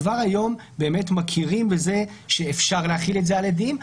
כבר היום מכירים בזה שאפשר להחיל את זה על עדים,